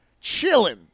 chilling